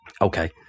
okay